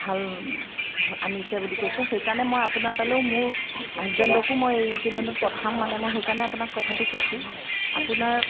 ভাল আনিছে বুলি কৈছে সেইকাৰণে মই আপোনাৰ তালৈ মোৰ হাজবেণ্ডকো মই এইকেইদিনত পঠাম মানে মই সেইকাৰণে আপোনাক কথাটো কৈছোঁ আপোনাৰ